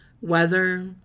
weather